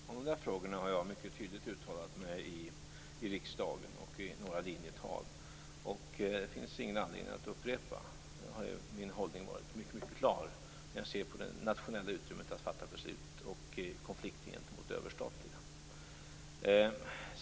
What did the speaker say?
Fru talman! De där frågorna har jag mycket tydligt uttalat mig om i riksdagen och i några linjetal. Det finns ingen anledning att upprepa sig. Min hållning har varit mycket klar när det gäller hur jag ser på det nationella utrymmet att fatta beslut och konflikten gentemot det överstatliga.